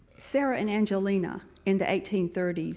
sarah and angelina, in the eighteen thirty s,